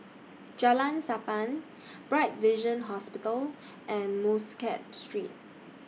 Jalan Sappan Bright Vision Hospital and Muscat Street